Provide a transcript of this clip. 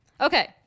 Okay